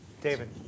David